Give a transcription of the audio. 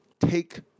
take